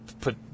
put